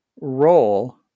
role